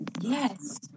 Yes